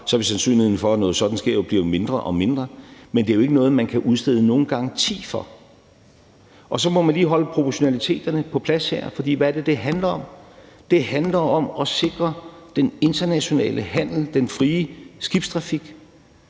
Hav, vil sandsynligheden for, at noget sådant sker, jo blive mindre og mindre. Men det er jo ikke noget, man kan udstede nogen garanti for. Så må man lige holde proportionaliteterne på plads her, for hvad er det, det handler om? Det handler om at sikre den internationale handel, den frie skibstrafik.